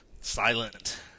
silent